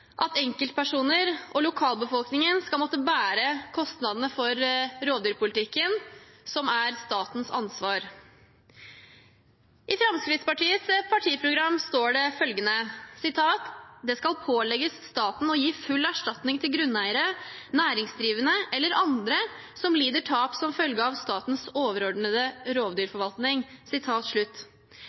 at enkeltpersoner og lokalbefolkningen skal måtte bære kostnadene for rovdyrpolitikken, som er statens ansvar. I Fremskrittspartiets partiprogram står det følgende: det skal pålegges staten å gi full erstatning til grunneiere, næringsdrivende eller andre som lider tap som følge av statens overordnede rovdyrforvaltning.»